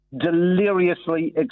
deliriously